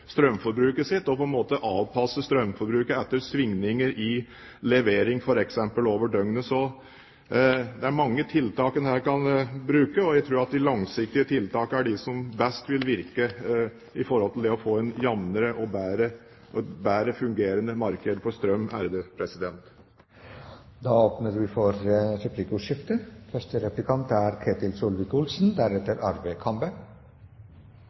strømforbruket sitt og på en måte avpasse strømforbruket etter svingninger i levering f.eks. over døgnet. Så det er mange tiltak en her kan bruke, og jeg tror de langsiktige tiltakene er de som vil virke best for å få et jevnere og bedre fungerende marked for strøm. Da åpner vi for replikkordskifte. Statsråden gikk igjennom forskjellige grunner til at strømprisen er